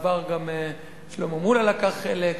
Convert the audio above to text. ובעבר גם שלמה מולה לקח חלק.